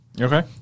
Okay